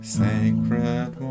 sacred